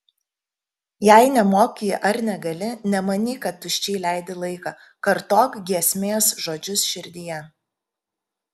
jei nemoki ar negali nemanyk kad tuščiai leidi laiką kartok giesmės žodžius širdyje